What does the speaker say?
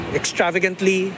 extravagantly